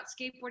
skateboarding